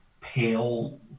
pale